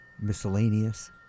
miscellaneous